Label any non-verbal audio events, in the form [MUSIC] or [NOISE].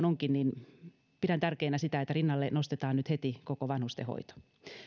[UNINTELLIGIBLE] onkin pidän tärkeänä sitä että rinnalle nostetaan nyt heti koko vanhustenhoito